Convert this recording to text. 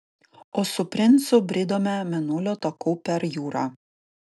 o su princu bridome mėnulio taku per jūrą